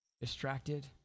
distracted